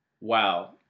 wow